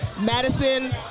Madison